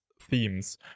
themes